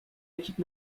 équipe